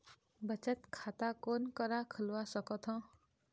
बचत खाता कोन करा खुलवा सकथौं?